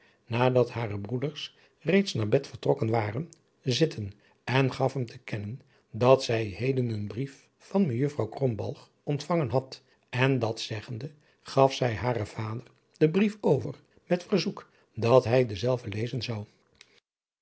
nadat hare broeders reeds naar bed vertrokken waren zitten en gaf hem te kennen dat zij heden een brief van mejuffrouw krombalg ontvangen had en dat zeggende gaf zij haren vader den brief over met verzoek dat hij denzelven lezen zou